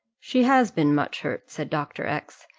she has been much hurt, said dr. x,